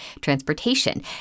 transportation